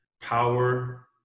power